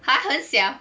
!huh! 很小